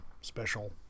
special